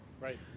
Right